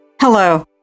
Hello